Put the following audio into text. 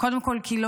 זאת אימא פה.